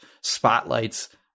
spotlights